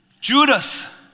Judas